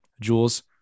Jules